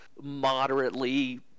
moderately